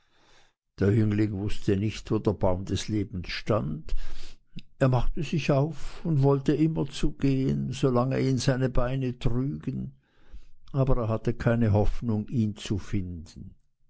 der jüngling wußte nicht wo der baum des lebens stand er machte sich auf und wollte immer zugehen solange ihn seine beine trügen aber er hatte keine hoffnung ihn zu finden